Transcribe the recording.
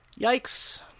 Yikes